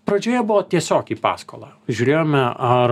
pradžioje buvo tiesiog į paskolą žiūrėjome ar